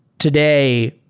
today,